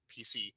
PC